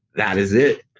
that is it.